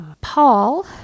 paul